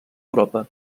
europa